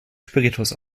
spiritus